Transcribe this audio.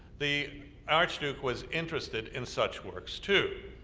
the archduke was interested in such works, too.